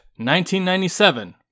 1997